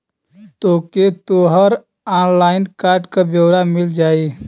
तोके तोहर online card क ब्योरा मिल जाई